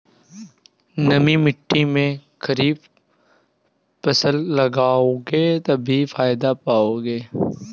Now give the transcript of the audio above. नमी मिट्टी में खरीफ फसल लगाओगे तभी फायदा होगा